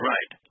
Right